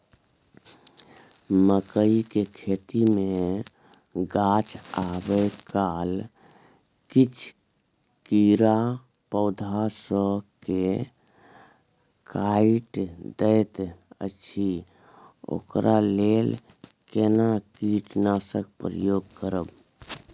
मकई के खेती मे गाछ आबै काल किछ कीरा पौधा स के काइट दैत अछि ओकरा लेल केना कीटनासक प्रयोग करब?